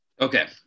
Okay